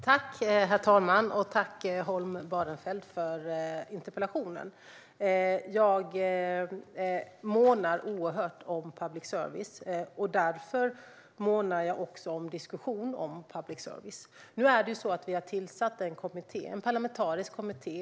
Herr talman! Tack, Holm Barenfeld, för interpellationen! Jag månar oerhört om public service, och därför månar jag också om diskussion om public service. Vi har tillsatt en parlamentarisk kommitté.